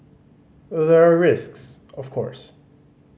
there are risks of course